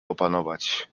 opanować